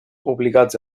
obligats